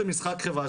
זה משחק חברה,